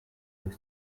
deux